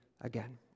again